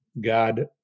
God